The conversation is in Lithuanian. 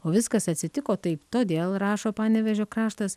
o viskas atsitiko taip todėl rašo panevėžio kraštas